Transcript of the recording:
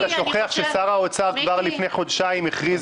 אתה שוכח ששר האוצר כבר לפני חודשיים הכריז